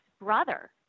brother